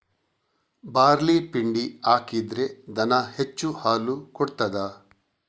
Barley ಪಿಂಡಿ ಹಾಕಿದ್ರೆ ದನ ಹೆಚ್ಚು ಹಾಲು ಕೊಡ್ತಾದ?